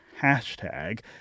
hashtag